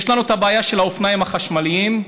יש לנו הבעיה של האופניים החשמליים,